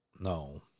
No